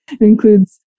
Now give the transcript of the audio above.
includes